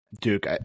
Duke